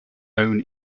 own